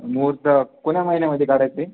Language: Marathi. मुहूर्त कोण्या महिन्यामध्ये काढायचे